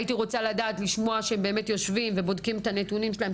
הייתי רוצה לדעת לשמוע שהם באמת בודקים את הנתונים שלהם.